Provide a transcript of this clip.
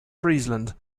friesland